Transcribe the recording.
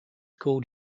called